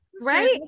right